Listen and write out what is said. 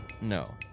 No